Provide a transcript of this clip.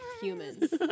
humans